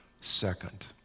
second